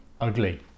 ugly